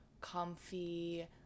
comfy